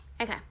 Okay